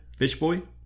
Fishboy